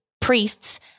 priests